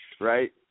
Right